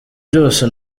byose